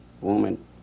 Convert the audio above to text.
woman